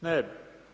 Ne bi.